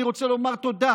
אני רוצה להגיד תודה